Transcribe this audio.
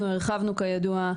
אנחנו כידוע,